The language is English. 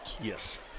Yes